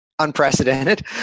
unprecedented